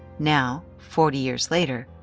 now, forty years later,